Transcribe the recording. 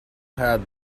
had